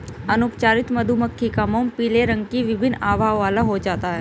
अनुपचारित मधुमक्खी का मोम पीले रंग की विभिन्न आभाओं वाला हो जाता है